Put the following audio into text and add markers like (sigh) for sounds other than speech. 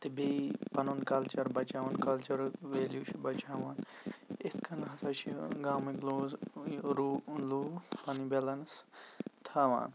تہٕ بیٚیہ پَنُن کَلچَر بَچاوَنہ خٲطرٕ (unintelligible) ویلِو چھِ بَچاوان یِتھ کَنۍ ہَسا چھِ گامُک لُوز یہٕ رو لُکھ پَنٕنۍ بیلنٕس تھاوان